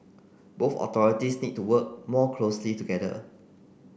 both authorities need to work more closely together